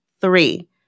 Three